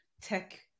tech